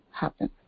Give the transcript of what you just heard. happen